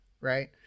right